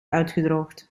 uitgedroogd